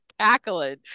cackling